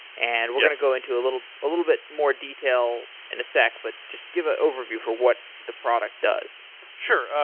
and we're going to go into a little a little bit more detail in a sec. but just give a overview for what the product does sure.